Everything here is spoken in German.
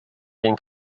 den